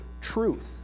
truth